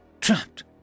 trapped